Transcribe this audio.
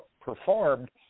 performed